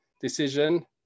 decision